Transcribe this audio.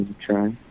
try